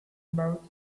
about